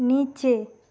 নিচে